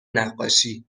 نقاشی